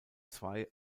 zwei